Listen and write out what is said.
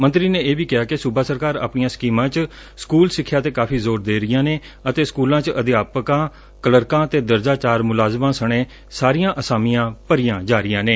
ਮੰਤਰੀ ਨੇ ਇਹ ਵੀ ਕਿਹਾ ਕਿ ਸੁਬਾ ਸਰਕਾਰ ਆਪਣੀ ਸਕੀਮਾਂ ਚ ਸਕੁਲ ਸਿੱਖਿਆ ਤੇ ਕਾਫ਼ੀ ਜ਼ੋਰ ਦੇ ਰਹੀ ਏ ਅਤੇ ਸਕੁਲਾਂ ਚ ਅਧਿਆਪਕਾਂ ਕਲਰਕਾਂ ਤੇ ਦਰਜਾ ਚਾਰ ਮੁਲਾਜ਼ਮਾਂ ਸਣੇ ਸਾਰੀਆਂ ਅਸਾਮੀਆਂ ਭਰੀਆਂ ਜਾ ਰਹੀਆਂ ਨੇ